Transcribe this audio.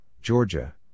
Georgia